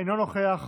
אינו נוכח,